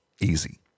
easy